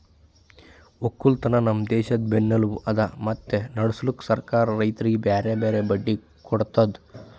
ಒಕ್ಕಲತನ ನಮ್ ದೇಶದ್ ಬೆನ್ನೆಲುಬು ಅದಾ ಮತ್ತೆ ನಡುಸ್ಲುಕ್ ಸರ್ಕಾರ ರೈತರಿಗಿ ಬ್ಯಾರೆ ಬ್ಯಾರೆ ಬಡ್ಡಿ ಕೊಡ್ತುದ್